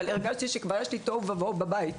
הרגשתי שכבר יש לי תוהו ובוהו בבית.